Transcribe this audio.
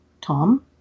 Tom